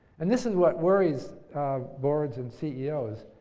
and this is what worries boards and ceos.